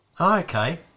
Okay